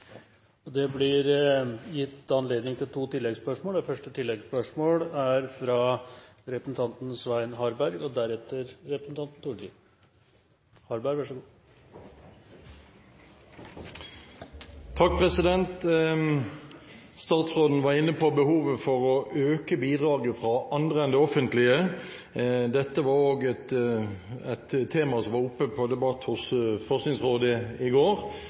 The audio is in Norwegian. blir gitt anledning til to oppfølgingsspørsmål – først representanten Svein Harberg. Statsråden var inne på behovet for å øke bidraget fra andre enn det offentlige. Dette var òg et tema som var oppe til debatt i Forskningsrådet i går,